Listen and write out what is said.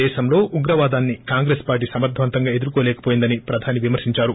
దేశంలో ఉగ్రవాదాన్ని కాంగ్రెస్ పార్లీ సమర్దవంతంగా ఎదుర్కోలేకవోయిందని ప్రధాని విమర్పించారు